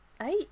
eight